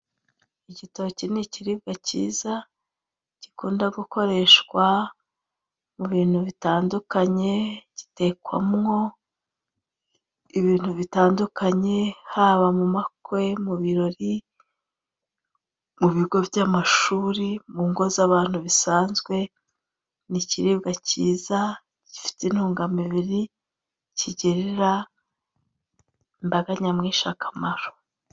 Igitoki ni ikiribwa cyiza, gikunda gukoreshwa mu bintu bitandukanye, gitekwamwo ibintu bitandukanye, haba mu makwe, mu birori, mu bigo by'amashuri, mu ngo z'abantu bisanzwe, ni ikiribwa cyiza, gifite intungamubiri, kigirira imbaga nyamwinshi akamaro.